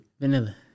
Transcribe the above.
Vanilla